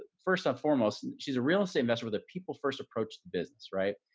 ah first and foremost, she's a real estate investor with a people first approach the business, right?